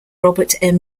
robert